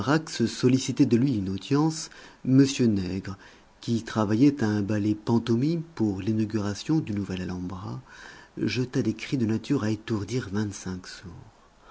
sollicitait de lui une audience m nègre qui travaillait à un ballet pantomime pour l'inauguration du nouvel alhambra jeta des cris de nature à étourdir vingt-cinq sourds